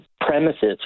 premises